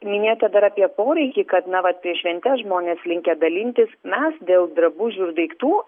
minėta dar apie poreikį kad na vat prieš šventes žmonės linkę dalintis mes dėl drabužių ir daiktų